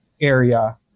area